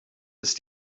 ist